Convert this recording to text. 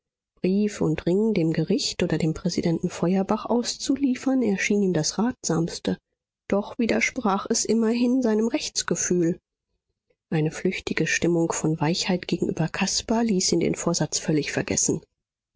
und ring dem gericht oder dem präsidenten feuerbach auszuliefern erschien ihm das ratsamste doch widersprach es immerhin seinem rechtsgefühl eine flüchtige stimmung von weichheit gegenüber caspar ließ ihn den vorsatz völlig vergessen